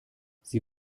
sie